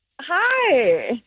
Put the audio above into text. Hi